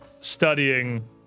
studying